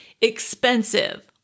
Expensive